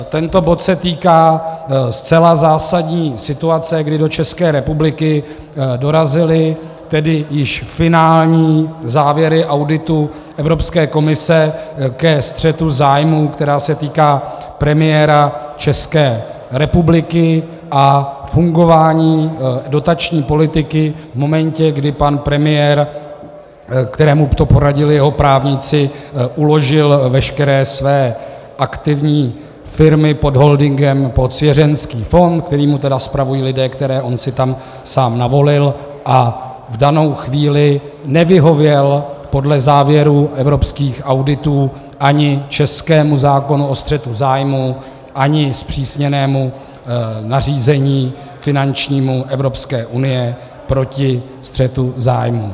Tento bod se týká zcela zásadní situace, kdy do České republiky dorazily tedy již finální závěry auditu Evropské komise ke střetu zájmů, který se týká premiéra České republiky a fungování dotační politiky v momentě, kdy pan premiér, kterému to poradili jeho právníci, uložil veškeré své aktivní firmy pod holdingem pod svěřenecký fond, který mu tedy spravují lidé, které on si tam sám navolil, a v danou chvíli nevyhověl podle závěrů evropských auditů ani českému zákonu o střetu zájmů, ani zpřísněnému finančnímu nařízení Evropské unie proti střetu zájmů.